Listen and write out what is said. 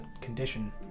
condition